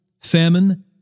famine